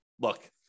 look